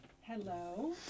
Hello